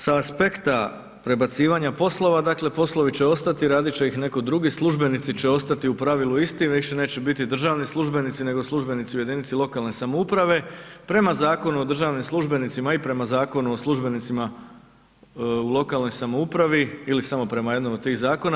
Sa aspekta prebacivanja poslova, dakle poslovi će ostati, radit će ih neki drugi, službenici će ostati u pravilu isti i više neće biti državni službenici nego službenici u jedinici lokalne samouprave prema Zakonu o državnim službenicima i prema Zakonu o službenicima u lokalnoj samoupravi ili samo prema jednom od tih zakona.